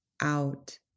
out